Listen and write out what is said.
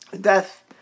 death